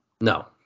No